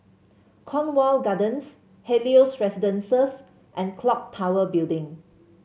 Cornwall Gardens Helios Residences and clock Tower Building